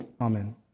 Amen